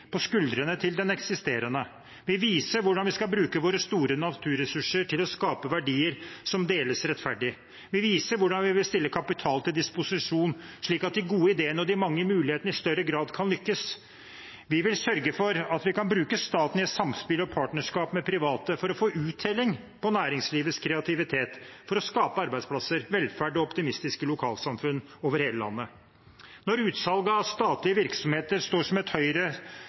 på skuldrene til den eksisterende. Vi viser hvordan vi skal bruke våre store naturressurser til å skape verdier som deles rettferdig. Vi viser hvordan vi vil stille kapital til disposisjon slik at de gode ideene og de mange mulighetene i større grad kan lykkes. Vi vil sørge for at vi kan bruke staten i samspill og partnerskap med private for å få uttelling på næringslivets kreativitet, for å skape arbeidsplasser, velferd og optimistiske lokalsamfunn over hele landet. Når utsalget av statlige virksomheter står som et